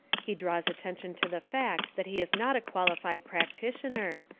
he draws atten tion to the fact that he is not a qualified practi tioner.